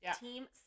team